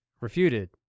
refuted